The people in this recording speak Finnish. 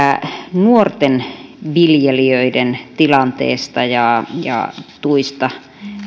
nuorten viljelijöiden tilanteesta ja ja tuista